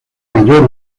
mayor